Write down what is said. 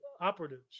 operatives